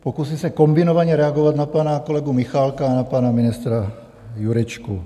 Pokusím se kombinovaně reagovat na pana kolegu Michálka a na pana ministra Jurečku.